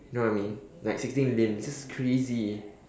you know what I mean like sixteen limbs that's crazy